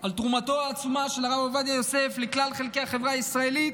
על תרומתו העצומה של הרב עובדיה יוסף לכלל חלקי החברה הישראלית.